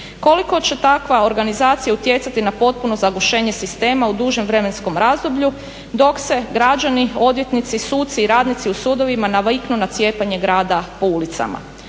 Koliko će takva organizacija utjecati na potpuno zagušenje sistema u dužem vremenskom razdoblju dok se građani, odvjetnici, suci i radnici u sudovima naviknu na cijepanje grada po ulicama.